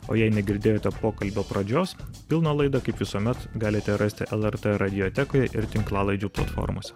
o jei negirdėjote pokalbio pradžios pilną laidą kaip visuomet galite rasti lrt radiotekoje ir tinklalaidžių platformose